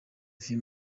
few